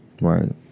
right